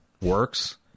works